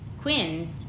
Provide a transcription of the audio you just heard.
Quinn